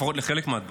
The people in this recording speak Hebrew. לפחות לחלק מהדברים.